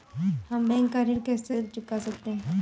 हम बैंक का ऋण कैसे चुका सकते हैं?